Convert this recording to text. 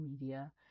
media